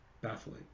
Baffling